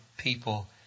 people